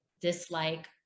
dislike